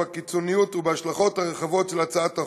בקיצוניות ובהשלכות הרחבות של הצעת החוק,